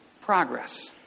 Progress